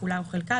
כולה או חלקה,